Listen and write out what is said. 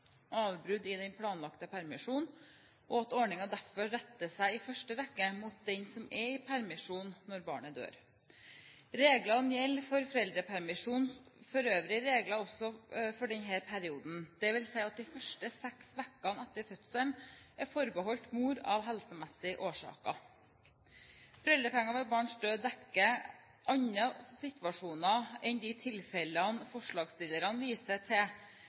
avbrudd i den planlagte permisjonen, og at ordningen derfor i første rekke retter seg mot den som er i permisjon når barnet dør. Reglene som gjelder for foreldrepermisjon for øvrig, gjelder også for denne perioden. Det vil si at de første seks ukene etter fødselen er forbeholdt mor av helsemessige årsaker. Foreldrepenger ved barns død dekker andre situasjoner enn de tilfellene forslagsstillerne viser til,